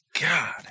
God